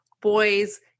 boys